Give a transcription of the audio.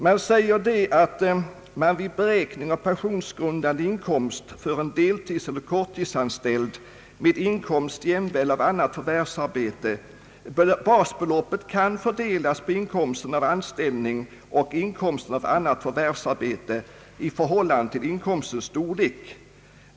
De säger att man vid beräkning av pensionsgrundande inkomst för en deltidseller korttidsanställd med inkomst jämväl av annat förvärvsarbete kan fördela basbeloppsavdraget på inkomsten av anställning och inkomsten av annat förvärvsarbete i förhållande till inkomstdelarnas storlek.